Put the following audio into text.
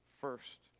first